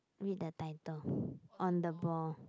read the title on the ball